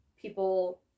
people